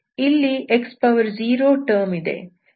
ಇಲ್ಲಿ x0 term ಇದೆ